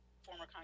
Former